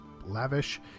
lavish